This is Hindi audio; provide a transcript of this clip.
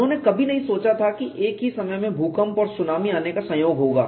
उन्होंने कभी नहीं सोचा था कि एक ही समय में भूकंप और सुनामी आने का संयोग होगा